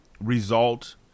result